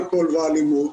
אלכוהול ואלימות.